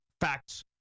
facts